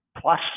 plus